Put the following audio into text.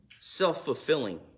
Self-fulfilling